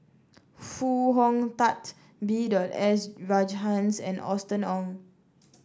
Foo Hong Tatt B S Rajhans and Austen Ong